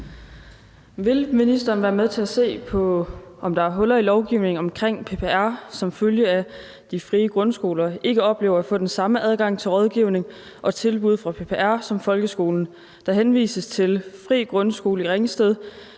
Vil ministeren være med til at se på, om der er huller i lovgivningen vedrørende PPR, som følge af at de frie grundskoler ikke oplever at få samme adgang til rådgivning og tilbud fra PPR som folkeskolen? Der henvises til »Fri grundskole i Ringsted: